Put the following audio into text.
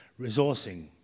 resourcing